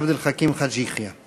חבר הכנסת עבד אל חכים חאג' יחיא.